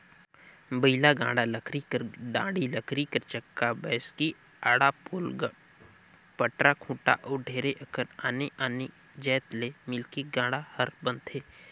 बइला गाड़ा लकरी कर डाड़ी, लकरी कर चक्का, बैसकी, आड़ा, पोल, पटरा, खूटा अउ ढेरे अकन आने आने जाएत ले मिलके गाड़ा हर बनथे